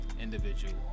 Individual